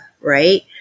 right